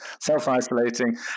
Self-isolating